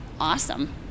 awesome